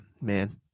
man